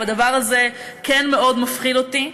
והדבר הזה כן מאוד מפחיד אותי,